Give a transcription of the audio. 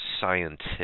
scientific